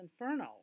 Inferno